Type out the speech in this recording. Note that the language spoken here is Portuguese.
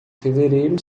fevereiro